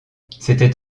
c’était